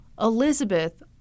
Elizabeth